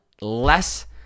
less